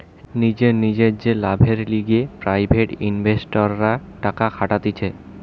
নিজের নিজের যে লাভের লিগে প্রাইভেট ইনভেস্টররা টাকা খাটাতিছে